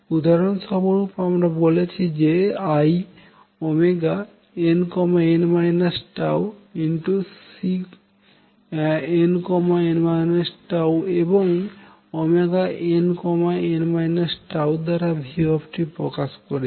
উদাহরণস্বরূপ আমরা বলেছি যে inn τCnn τ এবং nn τ দ্বারা v প্রকাশ করেছি